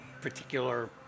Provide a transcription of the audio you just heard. particular